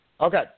Okay